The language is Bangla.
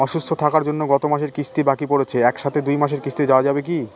অসুস্থ থাকার জন্য গত মাসের কিস্তি বাকি পরেছে এক সাথে দুই মাসের কিস্তি দেওয়া যাবে কি?